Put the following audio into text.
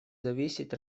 зависеть